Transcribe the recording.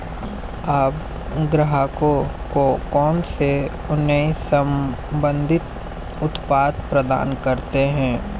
आप ग्राहकों को कौन से अन्य संबंधित उत्पाद प्रदान करते हैं?